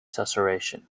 susurration